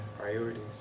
priorities